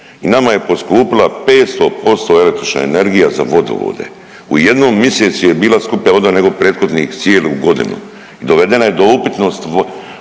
i nama je poskupila 500% električna energija za vodovode, u jednom misecu je bila skuplja voda nego prethodnih cijelu godinu i dovedena je do upitnosti